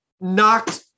knocked